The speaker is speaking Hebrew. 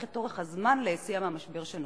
את אורך הזמן שיידרש ליציאה מהמשבר שנוצר.